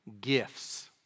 gifts